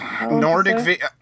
Nordic